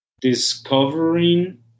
discovering